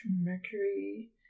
Mercury